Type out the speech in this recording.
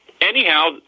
anyhow